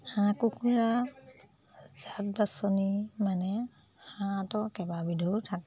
হাঁহ কুকুৰাৰ জাত বাচনি মানে হাঁহতো কেইবাবিধৰো থাকে